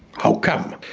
how come?